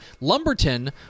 Lumberton